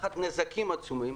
ותחת נזקים עצומים,